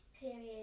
period